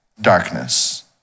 darkness